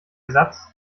ersatz